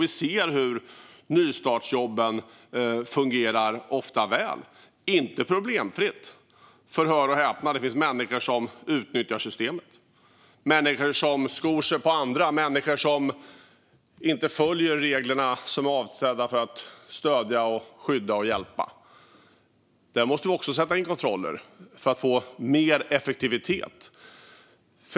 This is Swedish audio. Vi ser hur nystartsjobben ofta fungerar väl, om än inte problemfritt. Det finns nämligen, hör och häpna, människor som utnyttjar systemet, människor som skor sig på andra, människor som inte följer reglerna som är avsedda för att stödja, skydda och hjälpa. Där måste vi också sätta in kontroller för att få mer effektivitet.